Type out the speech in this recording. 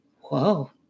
Whoa